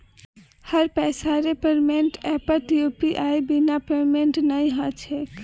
हर पैसार पेमेंटक ऐपत यूपीआईर बिना पेमेंटेर नइ ह छेक